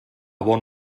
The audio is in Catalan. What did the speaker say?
bon